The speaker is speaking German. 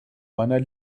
meiner